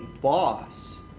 boss